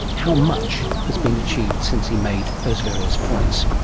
how much has been achieved since he made those various points?